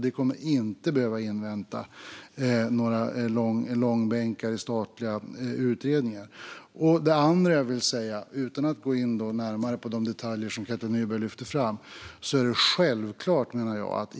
Det kommer inte att behöva inväntas några långbänkar i statliga utredningar. Utan att gå in närmare på de detaljer som Katja Nyberg lyfter fram vill jag också säga något annat.